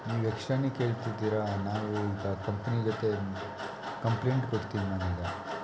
ನೀವು ಎಕ್ಸ್ಟ್ರಾನೆ ಕೇಳ್ತಿದ್ದೀರ ನಾವು ಈಗ ಕಂಪ್ನಿ ಜೊತೆ ಕಂಪ್ಲೇಂಟ್ ಕೊಡ್ತೀನಿ ನಾನೀಗ